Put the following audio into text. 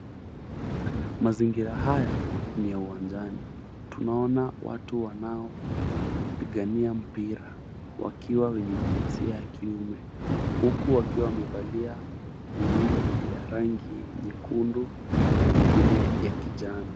Mazingira haya ni ya uwanjani. Tunaona watu wanaopigania mpira wakiwa wenye jinsia ya kiume, huku wakiwa wamevalia nguo ya rangi nyekundu na wengine ya kijani.